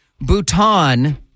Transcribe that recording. Bhutan